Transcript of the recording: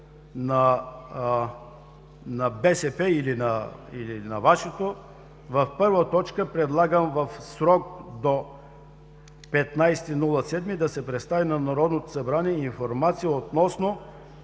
на БСП, или на Вашето, в първа точка предлагам в срок до 15 юли да се представи на Народното събрание информация относно